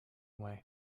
way